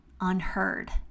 unheard